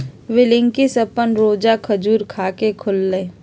बिलकिश अप्पन रोजा खजूर खा के खोललई